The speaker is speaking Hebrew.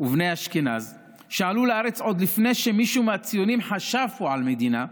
ובני אשכנז שעלו לארץ עוד לפני שמישהו מהציונים חשב פה על מדינה,